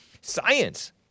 Science